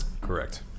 Correct